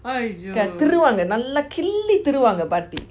திருவங்க நல்ல கிள்ளி திருவங்க:thiruvanga nalla killi thiruvanga